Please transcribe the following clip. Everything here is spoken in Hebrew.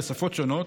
בשפות שונות,